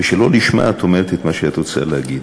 ושלא לשמה את אומרת את מה שאת רוצה להגיד.